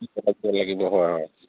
লাগিব হয় হয়